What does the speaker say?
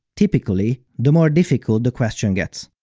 typically, the more difficult the question gets.